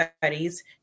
studies